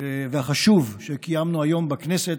והחשוב שקיימנו היום בכנסת.